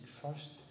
trust